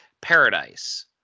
paradise